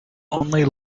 only